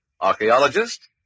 archaeologist